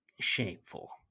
shameful